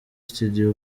studio